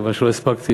מכיוון שלא הספקתי,